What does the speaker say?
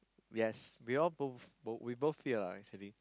yes we all both we both fear lah actually